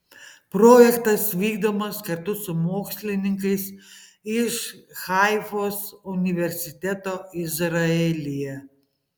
projektas vykdomas kartu su mokslininkais iš haifos universiteto izraelyje